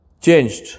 changed